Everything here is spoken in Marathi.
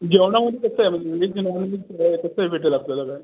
जेवणामध्ये कसं आहे म्हणजे वेज कसंही भेटेल आपल्याला काय